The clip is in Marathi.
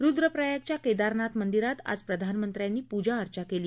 रुद्रप्रयागच्या केदारनाथ मंदिरात आज प्रधानमंत्र्यांनी पूजा अर्चा केली